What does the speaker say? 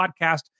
podcast